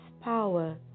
power